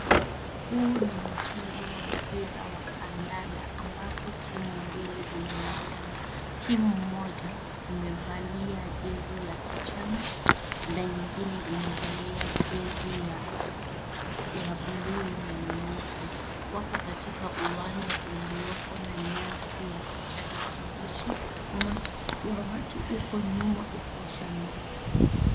Huu ni mchezo wa mpira kandanda ambapo timu mbili zinamenyana. Timu moja imevalia jezi ya kijani na nyingine imevalia jezi ya bluu na nyeupe. Wako katika uwanja ulioko na nyasi wa kijani kibichi, Umati wa watu uko nyuma kuwashangilia.